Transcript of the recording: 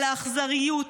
על האכזריות,